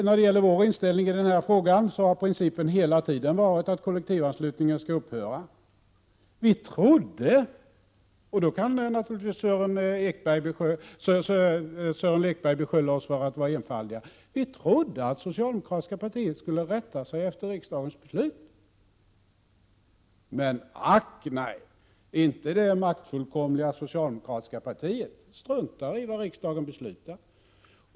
När det gäller vår inställning i denna fråga så har principen hela tiden varit att kollektivanslutningen skall upphöra. Vi trodde — och då kan naturligtvis Sören Lekberg beskylla oss för att vara enfaldiga — att det socialdemokratiska partiet skulle rätta sig efter riksdagens beslut. Men, ack nej. Det maktfullkomliga socialdemokratiska partiet struntar i vad riksdagen beslutat.